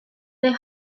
they